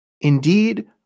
Indeed